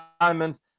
diamonds